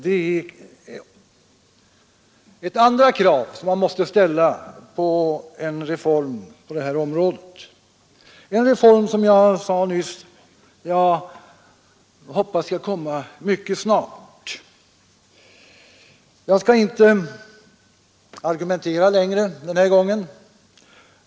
Det är ett andra krav som man måste ställa på en reform på detta område — en reform vilken, som jag sade nyss, jag hoppas skall komma mycket snart. Jag skall inte argumentera längre denna gång.